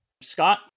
scott